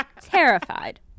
Terrified